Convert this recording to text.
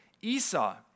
Esau